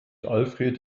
alfred